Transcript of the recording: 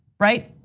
right?